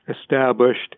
established